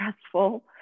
stressful